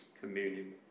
communion